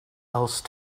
else